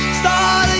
start